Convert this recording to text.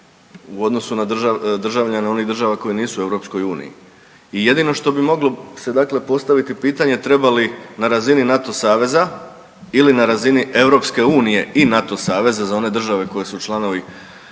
u odnosu na državljane onih država koje nisu u EU i jedino što bi moglo se dakle postaviti pitanje, treba li na razini NATO saveza ili na razini EU i NATO saveza za one države koje su članovi